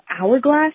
Hourglass